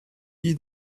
guy